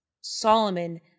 Solomon